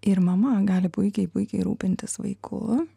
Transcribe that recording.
ir mama gali puikiai puikiai rūpintis vaiku